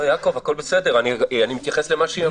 לא, יעקב, הכול בסדר, אני מתייחס למה שהיא אמרה.